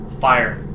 fire